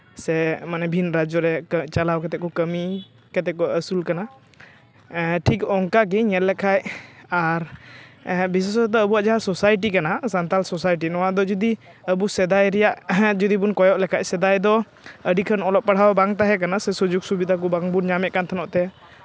ᱥᱮ ᱢᱟᱱᱮ ᱵᱷᱤᱱ ᱨᱟᱡᱡᱚ ᱨᱮ ᱪᱟᱞᱟᱣ ᱠᱟᱛᱮᱫ ᱠᱚ ᱠᱟᱹᱢᱤᱭ ᱠᱟᱛᱮᱫ ᱠᱚ ᱟᱹᱥᱩᱞᱚᱜ ᱠᱟᱱᱟ ᱴᱷᱤᱠ ᱚᱱᱠᱟ ᱜᱮ ᱧᱮᱞ ᱞᱮᱠᱷᱟᱱ ᱟᱨ ᱵᱤᱥᱮᱥᱚᱛᱚ ᱟᱵᱚᱣᱟᱜ ᱡᱟᱦᱟᱸ ᱥᱳᱥᱟᱭᱴᱤ ᱠᱟᱱᱟ ᱥᱟᱱᱛᱟᱞ ᱥᱳᱥᱟᱭᱴᱤ ᱱᱚᱣᱟ ᱫᱚ ᱡᱩᱫᱤ ᱟᱵᱚ ᱥᱮᱫᱟᱭ ᱨᱮᱭᱟᱜ ᱡᱩᱫᱤ ᱵᱚᱱ ᱠᱚᱭᱚᱜ ᱞᱮᱠᱷᱟᱱ ᱥᱮᱫᱟᱭ ᱫᱚ ᱟᱹᱰᱤᱜᱟᱱ ᱚᱞᱚᱜ ᱯᱟᱲᱦᱟᱣ ᱵᱟᱝ ᱛᱟᱦᱮᱸ ᱠᱟᱱᱟ ᱥᱮ ᱥᱩᱡᱳᱜᱽ ᱥᱤᱵᱤᱫᱷᱟ ᱠᱚ ᱵᱟᱝ ᱵᱚᱱ ᱧᱟᱢ ᱮᱫ ᱠᱟᱱ ᱛᱟᱦᱮᱸᱫ ᱛᱮ